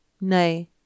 Nay